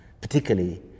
particularly